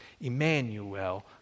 Emmanuel